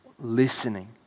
listening